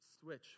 switch